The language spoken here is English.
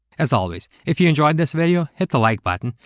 as always, if you enjoyed this video, hit the like button,